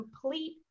complete